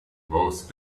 both